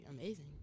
amazing